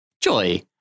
Joy